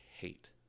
hate